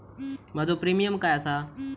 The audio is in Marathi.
माझो प्रीमियम काय आसा?